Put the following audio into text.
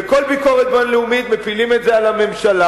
בכל ביקורת בין-לאומית מפילים את זה על הממשלה,